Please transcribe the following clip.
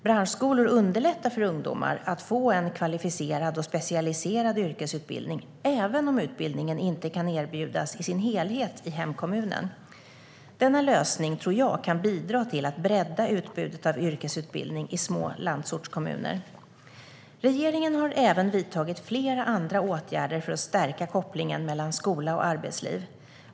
Branschskolor underlättar för ungdomar att få en kvalificerad och specialiserad yrkesutbildning även om utbildningen inte kan erbjudas i sin helhet i hemkommunen. Denna lösning tror jag kan bidra till att bredda utbudet av yrkesutbildning i små landsortskommuner. Regeringen har även vidtagit flera andra åtgärder för att stärka kopplingen mellan skola och arbetsliv.